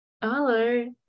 Hello